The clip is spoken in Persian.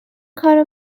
کارو